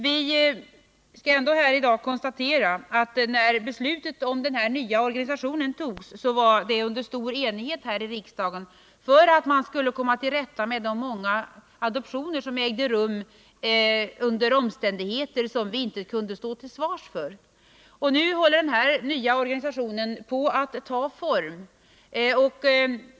Vi måste ändå i dag konstatera att när beslutet om den nya organisationen togs här i riksdagen skedde det under stor enighet, eftersom vi ansåg att man måste komma till rätta med de många adoptioner som genomfördes under omständigheter som vi inte kunde stå till svars för. Nu håller den nya organisationen på att ta form.